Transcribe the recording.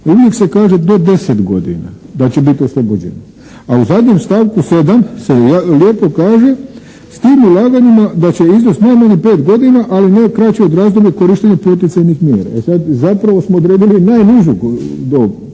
treba naznačiti do 10 godina da će biti oslobođeno, a u zadnjem stavku 7. se lijepo kaže, s tim ulaganjima da će izvoziti najmanje od 5 godina, ali ne kraći od razdoblja korištenja poticajnih mjera. E sada zapravo smo odredili najnižu dob,